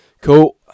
Cool